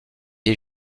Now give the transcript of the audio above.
est